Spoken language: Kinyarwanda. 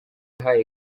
yahaye